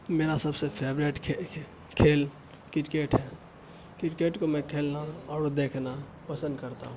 میرا سب سے فیوریٹ کھیل کرکٹ ہے کرکٹ کو میں کھیلنا اور دیکھنا پسند کرتا ہوں